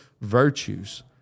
virtues